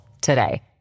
today